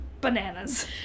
bananas